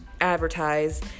advertise